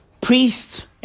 priests